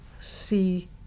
see